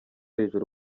hejuru